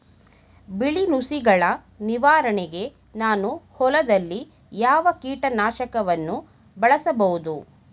ಬಿಳಿ ನುಸಿಗಳ ನಿವಾರಣೆಗೆ ನಾನು ಹೊಲದಲ್ಲಿ ಯಾವ ಕೀಟ ನಾಶಕವನ್ನು ಬಳಸಬಹುದು?